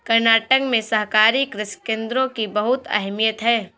कर्नाटक में सहकारी कृषि केंद्रों की बहुत अहमियत है